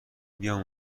بیام